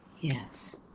yes